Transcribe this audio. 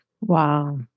Wow